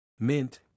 Mint